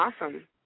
awesome